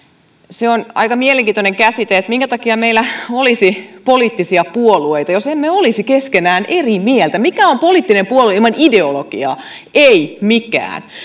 se on aika mielenkiintoinen käsite eli minkä takia meillä olisi poliittisia puolueita jos emme olisi keskenään eri mieltä mikä on poliittinen puolue ilman ideologiaa ei mikään